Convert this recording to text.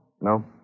No